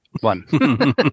One